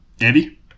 Andy